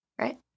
right